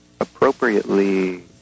appropriately